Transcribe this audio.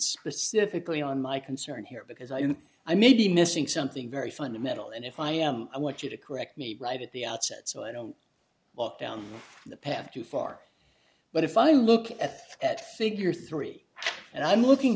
specifically on my concern here because i think i may be missing something very fundamental and if i am i want you to correct me right at the outset so i don't walk down the path too far but if i look at that figure three and i'm looking